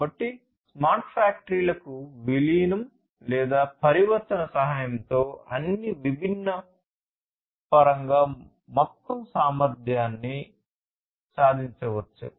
కాబట్టి స్మార్ట్ ఫ్యాక్టరీలకు విలీనం లేదా పరివర్తన సహాయంతో అన్ని విభిన్న పరంగా మొత్తం సామర్థ్యాన్ని సాధించవచ్చు